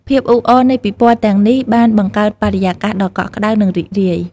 ភាពអ៊ូអរនៃពិព័រណ៍ទាំងនេះបានបង្កើតបរិយាកាសដ៏កក់ក្ដៅ និងរីករាយ។